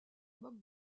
moque